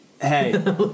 Hey